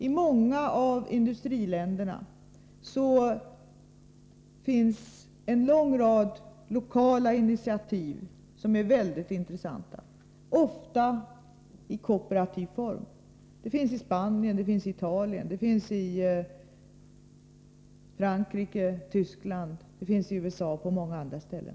I många industriländer noteras en lång rad lokala — ofta kooperativa — initiativ, vilka är mycket intressanta. Det gäller Spanien, Italien, Frankrike, Tyskland, USA och många andra länder.